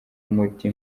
muti